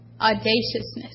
audaciousness